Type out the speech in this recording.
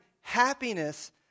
happiness